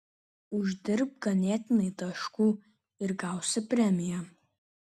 uždirbk ganėtinai taškų ir gausi premiją